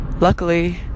Luckily